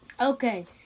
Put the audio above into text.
Okay